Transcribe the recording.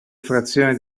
frazione